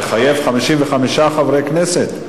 זה מחייב הצבעה של 55 חברי כנסת.